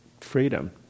freedom